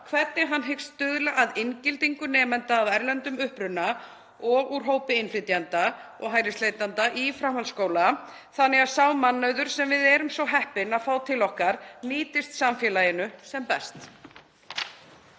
hvernig hann hyggst stuðla að inngildingu nemenda af erlendum uppruna og úr hópi innflytjenda og hælisleitenda í framhaldsskóla þannig að sá mannauður sem við erum svo heppin að fá til okkar nýtist samfélaginu sem best.